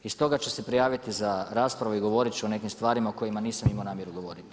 I stoga ću se prijaviti za raspravu i govorit ću o nekim stvarima o kojima nisam imao namjeru govoriti.